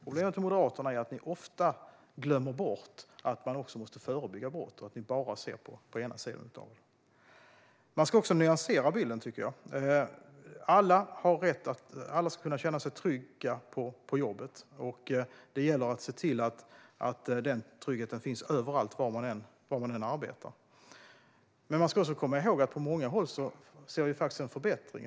Problemet med Moderaterna är att ni ofta glömmer bort att man också måste förebygga brott och att ni bara ser på ena sidan av det. Man ska också nyansera bilden. Alla ska kunna känna sig trygga på jobbet. Det gäller att se till att den tryggheten finns överallt var man än arbetar. Man ska också komma ihåg att vi på många håll ser en förbättring.